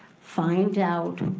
find out,